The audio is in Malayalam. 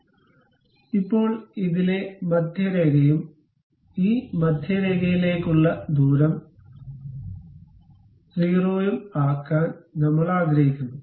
അതിനാൽ ഇപ്പോൾ ഇതിലെ മധ്യരേഖയും ഈ മധ്യരേഖയിലേക്കുള്ള ദൂരം 0 ആക്കാൻ നമ്മൾ ആഗ്രഹിക്കുന്നു